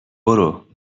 برو